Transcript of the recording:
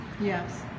Yes